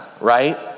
right